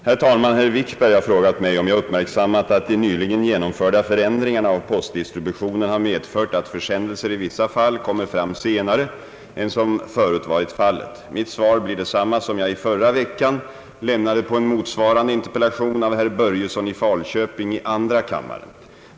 Herr talman! Herr Wikberg har frågat mig, om jag uppmärksammat att de nyligen genomförda förändringarna av postdistributionen har medfört att försändelser i vissa fall kommer fram senare än vad som förut varit fallet. Mitt svar blir detsamma som jag i förra veckan lämnade på en motsvarande interpellation av herr Börjesson i Falköping i andra kammaren.